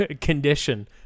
Condition